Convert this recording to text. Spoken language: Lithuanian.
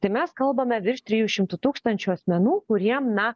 tai mes kalbame virš trijų šimtų tūkstančių asmenų kuriem na